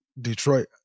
Detroit